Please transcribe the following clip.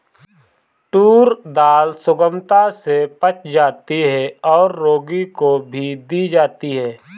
tour दाल सुगमता से पच जाती है और रोगी को भी दी जाती है